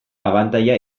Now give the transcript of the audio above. abantaila